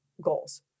goals